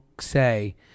say